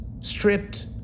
stripped